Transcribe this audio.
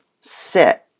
sit